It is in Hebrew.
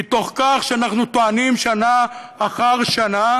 מתוך כך שאנחנו טוענים שנה אחר שנה